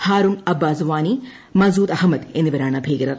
ഹാരുൺ അബ്ബാസ് വാനി മസൂദ് അഹമ്മദ് എന്നിവരാണ് ഭീകരർ